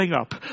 up